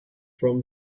from